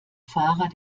fahrer